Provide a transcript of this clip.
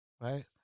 right